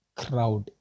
crowd